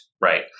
right